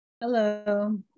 Hello